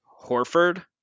Horford